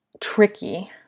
tricky